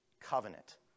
Covenant